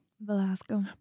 Velasco